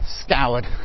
scoured